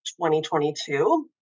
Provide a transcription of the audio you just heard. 2022